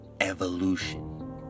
evolution